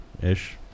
ish